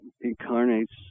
incarnates